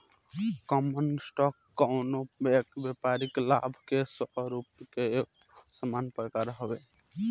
common stock कवनो व्यापारिक लाभांश के स्वामित्व के एगो सामान्य प्रकार हवे